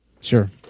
Sure